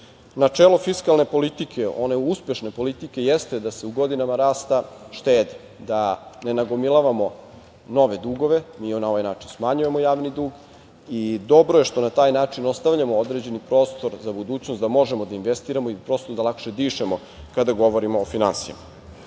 načelo fiskalne politike, one uspešne politike, jeste da se u godinama rasta štedi, da ne nagomilavamo nove dugove. Mi na ovaj način smanjujemo javni dug i dobro je što na taj način ostavljamo određeni prostor za budućnost, da možemo da investiramo i prosto lakše da dišemo, kada govorimo o finansijama. Upravljanje